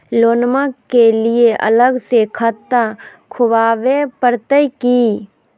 लोनमा के लिए अलग से खाता खुवाबे प्रतय की?